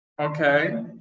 Okay